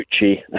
Gucci